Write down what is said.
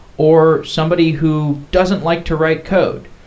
or somebody who doesn't like to write code.